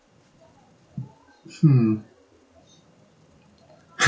hmm